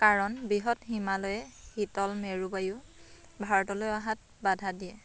কাৰণ বৃহৎ হিমালয়ে শীতল মেৰু বায়ু ভাৰতলৈ অহাত বাধা দিয়ে